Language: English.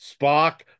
Spock